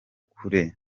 kure